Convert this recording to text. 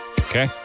Okay